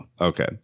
okay